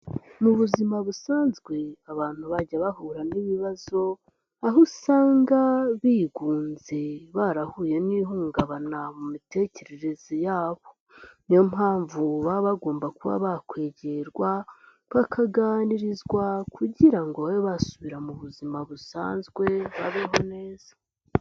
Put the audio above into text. Mu buzima busanzwe abantu bajya bahura n'ibibazo, aho usanga bigunze barahuye n'ihungabana mu mitekerereze yabo. Niyo mpamvu baba bagomba kuba bakwegerwa, bakaganirizwa kugira ngo babe basubira mu buzima busanzwe, babeho neza.